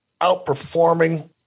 outperforming